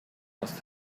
aus